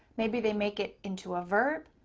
maybe they make it into a verb.